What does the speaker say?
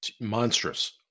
Monstrous